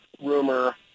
rumor